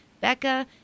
Becca